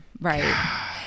right